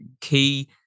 Key